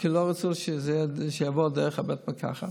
כי לא רצו שזה יעבור דרך בית המרקחת.